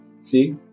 See